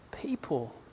people